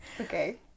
okay